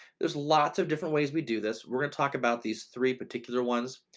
there's lots of different ways we do this, we're going to talk about these three particular ones.